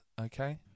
okay